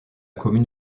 commune